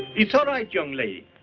it's all right, young lady.